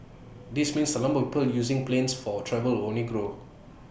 this means the number of people using planes for travel will only grow